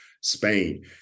Spain